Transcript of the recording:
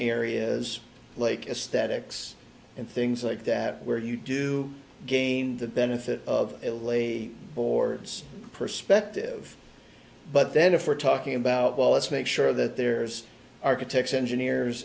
areas like aesthetics and things like that where you do gain the benefit of a lay boards perspective but then if we're talking about well let's make sure that there's architects engineers